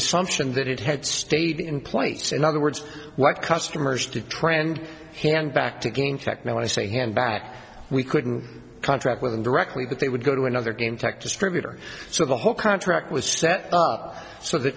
assumption that it had stayed in place in other words what customers to trend hand back to gain technology say hand back we couldn't contract with them directly but they would go to another game tech distributor so the whole contract was set up so the